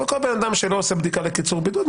אבל כל בן אדם שלא עושה בדיקה לקיצור בידוד,